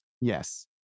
yes